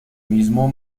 mismo